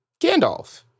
Gandalf